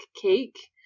cake